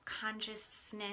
consciousness